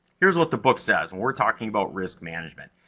here's what the book says, and we're talking about risk management.